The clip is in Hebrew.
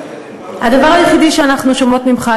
הדבר היחידי שאנחנו שומעות ממך,